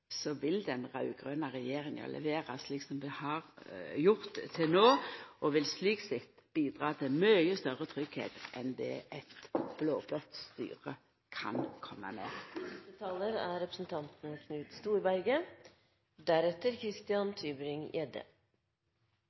vil den raud-grøne regjeringa levera, slik som ho har gjort til no, og vil slik sett bidra til mykje større tryggleik enn det eit blå-blått styre kan koma med. Det er